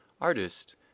artists